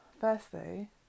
Firstly